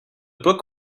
book